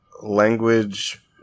language